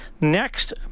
Next